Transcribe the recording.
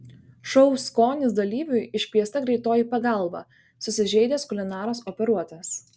šou skonis dalyviui iškviesta greitoji pagalba susižeidęs kulinaras operuotas